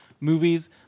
movies